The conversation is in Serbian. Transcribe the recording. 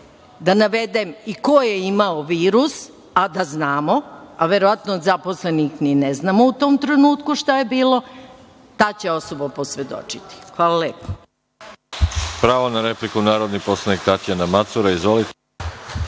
da navedem i ko je imao virus, a da znamo, a verovatno od zaposlenih ni ne znamo u tom trenutku šta je bilo, ta će osoba posvedočiti. Hvala lepo.